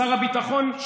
שר הביטחון,